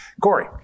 Corey